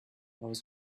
was